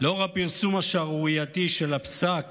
לאור הפרסום השערורייתי של הפסק